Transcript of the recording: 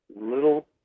little